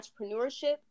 entrepreneurship